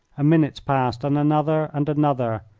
a minute passed, and another, and another.